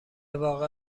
واقع